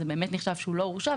זה באמת נחשב שהוא לא הורשע,